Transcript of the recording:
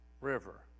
river